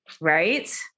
right